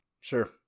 sure